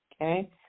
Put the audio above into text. Okay